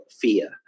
fear